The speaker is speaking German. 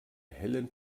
hellen